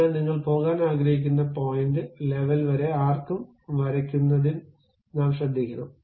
അതിനാൽ നിങ്ങൾ പോകാൻ ആഗ്രഹിക്കുന്ന പോയിന്റ് ലെവൽ വരെ ആർക്ക് വരക്കുന്നതിൽ നാം ശ്രദ്ധിക്കണം